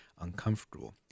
uncomfortable